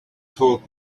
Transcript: told